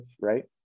right